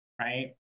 Right